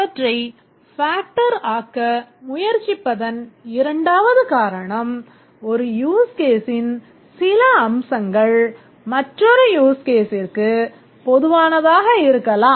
அவற்றை factor ஆக்க முயற்சிப்பதன் இரண்டாவது காரணம் ஒரு யூஸ் கேஸின் சில அம்சங்கள் மற்றொரு யூஸ் கேஸிற்குப் பொதுவானதாக இருக்கலாம்